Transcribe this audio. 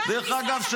שדרך אגב,